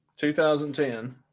2010